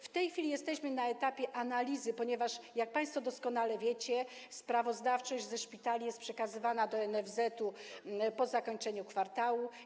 W tej chwili jesteśmy na etapie analizy, ponieważ jak państwo doskonale wiecie, sprawozdania szpitali są przekazywane do NFZ po zakończeniu kwartału.